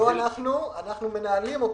אנחנו מנהלים אותם,